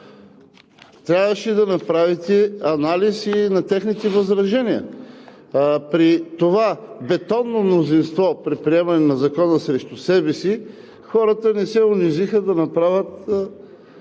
Трябваше да направите анализ и на техните възражения. При това бетонно мнозинство при приемане на Закона срещу себе си хората не се унизиха да направят